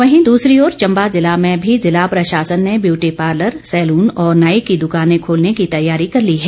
वहीं दूसरी ओर चंबा जिला में भी जिला प्रशासन ने ब्यूटी पार्लर सैलून और नाई की दुकानें खोलने की तैयारी कर ली है